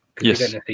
Yes